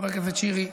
חבר הכנסת שירי,